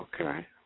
Okay